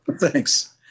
thanks